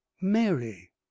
Mary